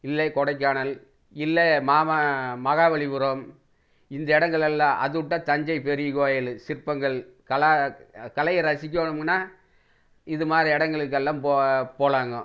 இல்லை கொடைக்கானல் இல்லை மா மா மகாபலிபுரம் இந்த இடங்கள் எல்லாம் அதை விட்டா தஞ்சை பெரிய கோயில் சிற்பங்கள் கலா கலையை ரசிக்கணும்னா இதுமாதிரி இடங்களுக்கு எல்லாம் போ போலாங்க